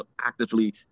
actively